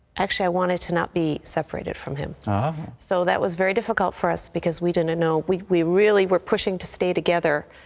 actually i wanted to not be separated from ah so that was very difficult for us because we didn't know we we really were pushing to stay together.